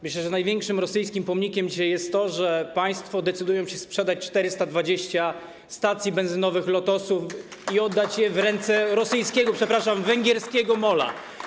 Myślę, że największym rosyjskim pomnikiem dzisiaj jest to, że państwo decydują się sprzedać 420 stacji benzynowych Lotosu i oddać je w ręce rosyjskiego, przepraszam, węgierskiego MOL.